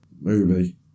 Movie